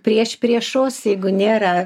priešpriešos jeigu nėra